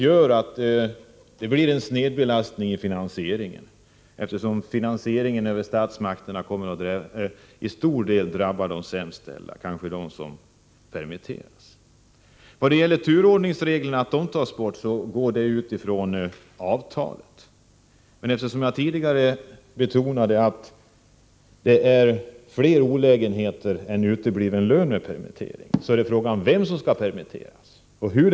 Följden blir en snedbelastning i finansieringen, eftersom en finansiering över statsmakterna till stor del kommer att drabba de sämst ställda, kanske dem som permitteras. Turordningsreglernas borttagande stadgas i avtalet. Eftersom jag tidigare betonade att det här gäller fler olägenheter än utebliven permitteringslön, gäller frågan vem som skall permitteras och hur.